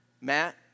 Matt